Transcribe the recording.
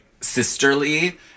sisterly